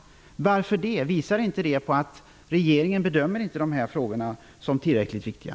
Varför? Visar inte detta att regeringen inte bedömer dessa frågor som tillräckligt viktiga?